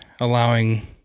allowing –